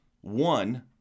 One